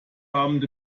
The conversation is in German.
abend